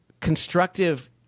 constructive